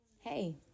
Hey